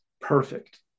perfect